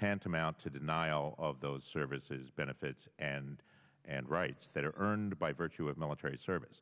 tantamount to denial of those services benefits and and rights that earned by virtue of military service